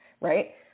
Right